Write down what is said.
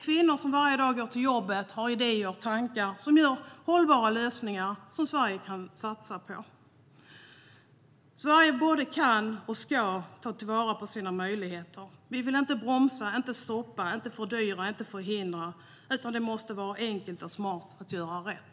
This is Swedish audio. Kvinnor går varje dag till jobbet och har idéer och tankar som blir till hållbara lösningar som Sverige kan satsa på. Sverige både kan och ska ta våra på sina möjligheter. Vi vill inte bromsa, inte stoppa, inte fördyra eller förhindra, utan det måste vara enkelt och smart att göra rätt.